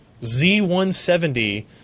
Z170